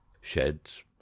Sheds